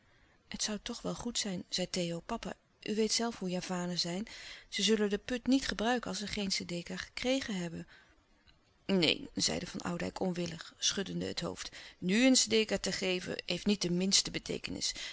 het zoû toch wel goed zijn zei theo papa u weet zelf hoe javanen zijn ze zullen de put niet gebruiken als ze geen sedeka gekregen hebben neen zeide van oudijck onwillig schudlouis couperus de stille kracht dende het hoofd nu een sedeka te geven heeft niet de minste beteekenis